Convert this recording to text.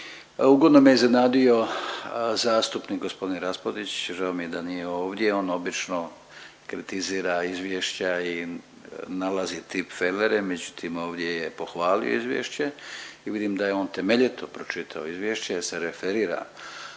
Ugodno me iznenadio zastupnik gospodin Raspudić. Žao mi je da nije ovdje. On obično kritizira izvješća i nalazi tipfelere, međutim ovdje je pohvalio izvješće i vidim da je on temeljito pročitao izvješće jer se referira